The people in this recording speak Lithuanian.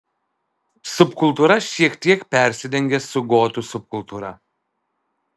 subkultūra šiek tiek persidengia su gotų subkultūra